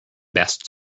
best